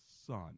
son